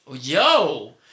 yo